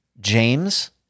James